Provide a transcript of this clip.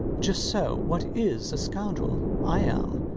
just so. what is a scoundrel? i am.